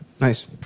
Nice